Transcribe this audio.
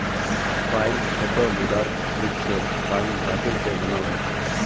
coin छोटो मुद्रार रूप छेक कॉइन धातु स बनाल ह छेक